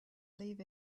leave